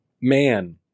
man